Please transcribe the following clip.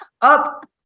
up